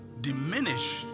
diminish